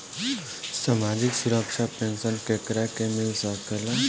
सामाजिक सुरक्षा पेंसन केकरा के मिल सकेला?